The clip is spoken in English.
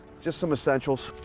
just some essentials.